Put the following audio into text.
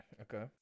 Okay